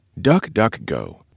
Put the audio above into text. DuckDuckGo